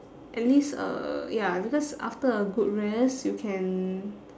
at least uh ya because after a good rest you can